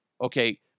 Okay